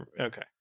okay